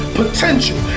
potential